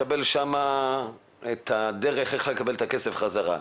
מקבל מידע איך לקבל את הכסף בחזרה.